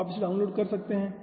तो आप इसे डाउनलोड कर सकते हैं